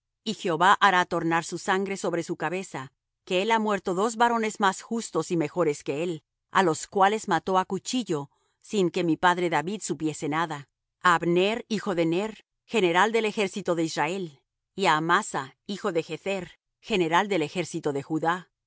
y jehová hará tornar su sangre sobre su cabeza que él ha muerto dos varones más justos y mejores que él á los cuales mató á cuchillo sin que mi padre david supiese nada á abner hijo de ner general del ejército de israel y á amasa hijo de jether general de ejército de judá